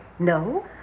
No